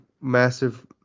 massive